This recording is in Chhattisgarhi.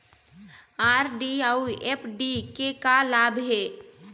आर.डी अऊ एफ.डी के का लाभ हे?